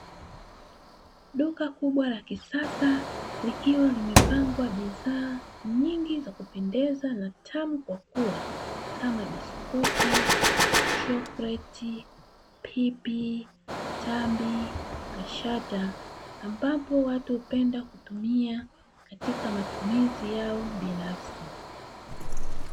Duka kubwa la kisasa likiwa limepangwa bidhaa nyingi za kupendeza na tamu kwa kula kama: biskuti, chokoleti, pipi, tambi, kashata, ambapo watu hupenda kutumia katika matumizi yao binafsi.